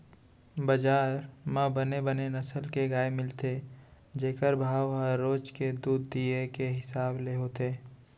बजार म बने बने नसल के गाय मिलथे जेकर भाव ह रोज के दूद दिये के हिसाब ले होथे